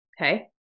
Okay